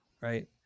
right